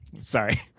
Sorry